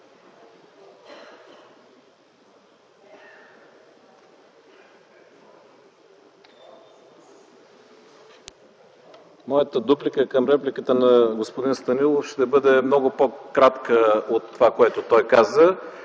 Моята дуплика към репликата на господин Станилов ще бъде много по-кратка от това, което той каза.